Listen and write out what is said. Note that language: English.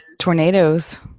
tornadoes